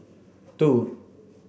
two